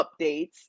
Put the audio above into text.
updates